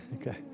Okay